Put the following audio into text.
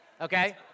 okay